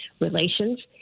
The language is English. relations